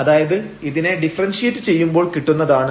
അതായത് ഇതിനെ ഡിഫ്റൻഷ്യേറ്റ് ചെയ്യുമ്പോൾ കിട്ടുന്നതാണ്